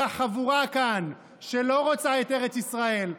אותה חבורה כאן שלא רוצה את ארץ ישראל,